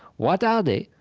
what are they?